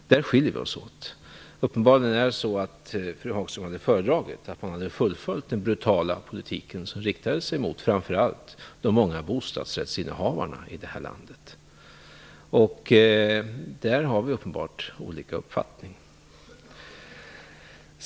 Där skiljer vi oss åt. Det är uppenbarligen så att fru Hagström hade föredragit att man hade fullföljt den brutala politiken som framför allt riktade sig mot de många bostadsrättsinnehavarna i det här landet. Där har vi uppenbarligen olika uppfattningar.